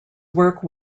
work